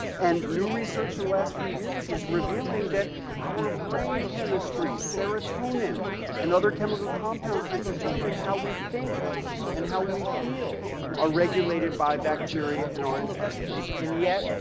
and new research in the last few years is revealing that our brain chemistry, serotonin and other chemical compounds that determine how we think and how we feel are regulated by bacteria in our intestines. and yet,